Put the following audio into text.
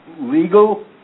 legal